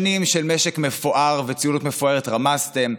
שנים של משק מפואר וציונות מפוארת רמסתם.